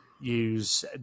use